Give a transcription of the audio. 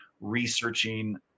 researching